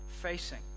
Facing